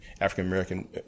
African-American